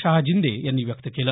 शहाजिंदे यांनी व्यक्त केलं